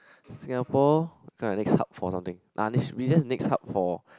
Singapore kind of next hub for something ah next we just next hub for